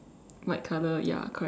white colour ya correct